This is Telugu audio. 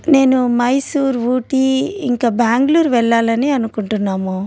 నేను మైసూర్ ఊటీ ఇంకా బెంగళూరు వెళ్ళాలని అనుకుంటున్నాము